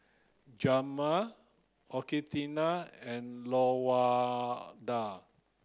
Jemal Augustina and Lawanda